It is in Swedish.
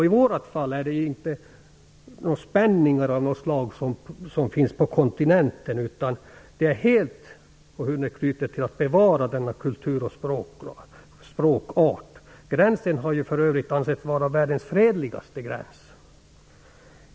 I vårt fall är det inte några spänningar av något slag som ligger bakom, som på kontinenten, utan det är helt och hållet knutet till att bevara denna kultur och språkart. Gränsen har ju för övrigt ansetts vara världens fredligaste gräns.